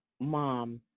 mom